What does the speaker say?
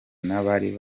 n’abari